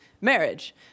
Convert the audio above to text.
marriage